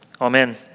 Amen